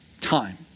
time